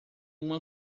uma